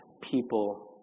people